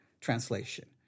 translation